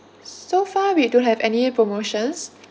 so far we don't have any promotions